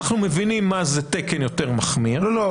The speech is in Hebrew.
אנחנו מבינים מה זה תקן יותר מחמיר --- לא,